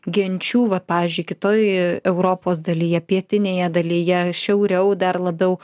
genčių vat pavyzdžiui kitoj europos dalyje pietinėje dalyje šiauriau dar labiau